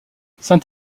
saint